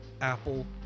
Apple